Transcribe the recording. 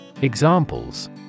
Examples